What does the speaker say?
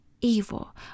evil